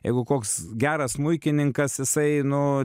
jeigu koks geras smuikininkas jisai nu